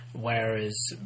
whereas